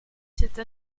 cette